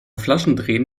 flaschendrehen